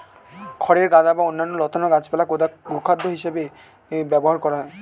খড়ের গাদা বা অন্যান্য লতানো গাছপালা গোখাদ্য হিসেবে ব্যবহার করা হয়